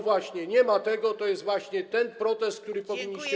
Właśnie, nie ma tego, to jest właśnie ten protest, którego powinniście słuchać.